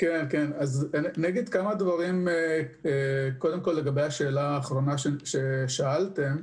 כמה דברים לגבי השאלה האחרונה ששאלתם,